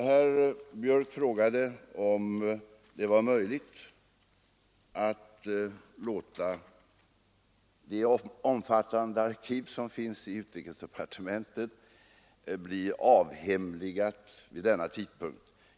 Herr Björck frågade om det var möjligt att nu låta det omfattande arkiv som finns i utrikesdepartementet bli avhemligat.